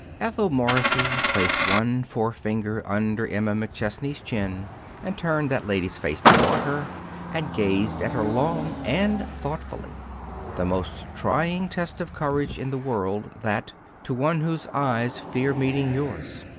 ethel morrissey placed one forefinger under emma mcchesney's chin and turned that lady's face toward her and gazed at her long and thoughtfully the most trying test of courage in the world, that to one whose eyes fear meeting yours.